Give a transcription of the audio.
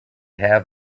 have